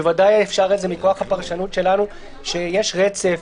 בוודאי אפשר מכוח הפרשנות שלנו שיש רצף